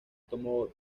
tomó